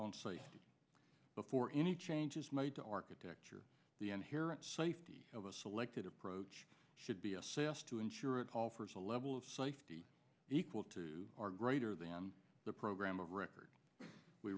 safety before any changes made to architecture the inherent safety of a selected approach should be assessed to ensure it offers a level of safety equal to or greater than the program of record we